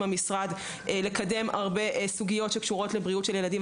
המשרד כדי לקדם סוגיות שקשורות בבריאות של ילדים.